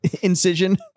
incision